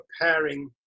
preparing